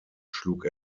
schlug